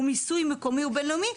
מיסוי מקומי ובין לאומי,